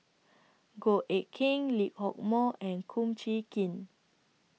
Goh Eck Kheng Lee Hock Moh and Kum Chee Kin